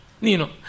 Nino